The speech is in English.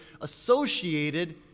associated